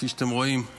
כפי שאתם רואים,